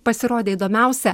pasirodė įdomiausia